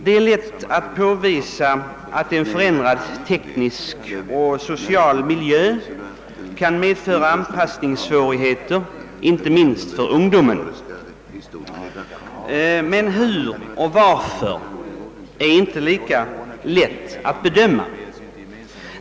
Det är lätt att påvisa att en förändrad teknisk och social miljö kan medföra anpassningssvårigheter, inte minst för ungdomen, men hur och varför sådana uppstår är inte lika lätt att bedöma.